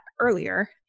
earlier